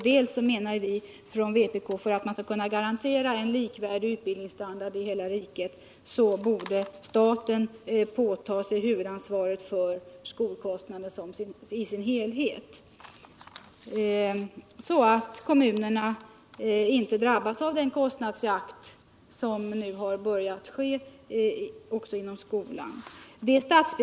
Vi menar också att för att man skall kunna garantera en likvärdig utbildningsstandard i hela riket borde staten påta sig huvudansvaret för skolkostnaden i dess helhet, så att kommunerna inte drabbas av den kostnadsjakt som nu har börjat också inom skolan.